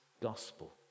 gospel